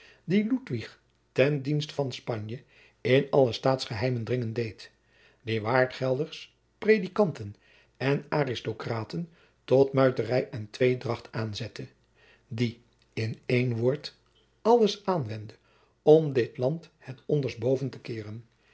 die ludwig ten dienst van spanje in alle staatsgeheimen dringen deed die waardgelders predikanten en aristocraten tot muiterij en tweedracht aanzette die in een woord alles aanwendde om dit land het onderst boven te keeren